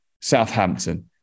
Southampton